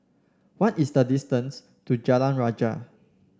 what is the distance to Jalan Raya